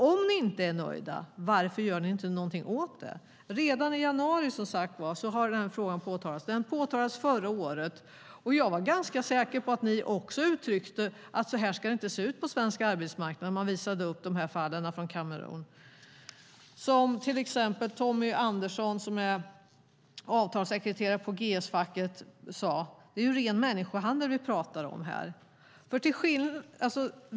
Om ni inte är nöjda, varför gör ni inte någonting åt det? Redan i januari har den här frågan påtalats. Den påtalades förra året. Jag var ganska säker på att ni också uttryckte att det inte ska se ut så här på svensk arbetsmarknad när man visade upp fallen från Kamerun. Till exempel sade Tommy Andersson, som är avtalssekreterare på GS-facket: Det är ren människohandel vi pratar om här.